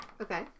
Okay